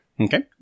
Okay